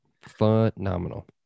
phenomenal